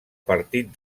partit